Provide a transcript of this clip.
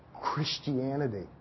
Christianity